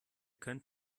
könnt